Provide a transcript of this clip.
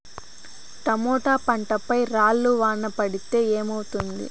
Tomato పంట పై రాళ్లు వాన పడితే ఏమవుతుంది?